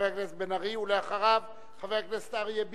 חבר הכנסת בן-ארי, ואחריו, חבר הכנסת אריה ביבי.